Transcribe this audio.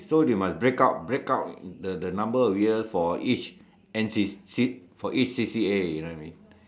so they must break up break up the the numbers of years for each N_C_C each C_C_A you know what I mean